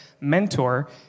mentor